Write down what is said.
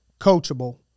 coachable